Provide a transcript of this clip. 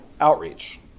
outreach